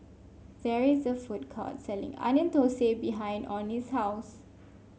there is a food court selling Onion Thosai behind Omie's house